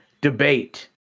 debate